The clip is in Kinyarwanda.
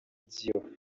by’iyo